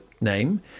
name